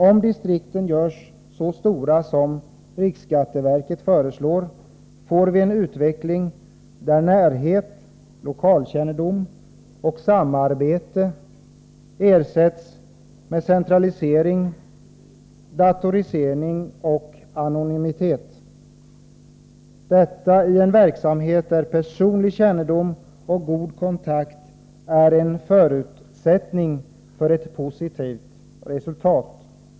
Om distrikten görs så stora som riksskatteverket föreslår, får vi en utveckling där närhet, lokalkännedom och samarbete ersätts med centralisering, datorisering och anonymitet — detta i en verksamhet där personlig kännedom och god kontakt är en förutsättning för ett positivt resultat.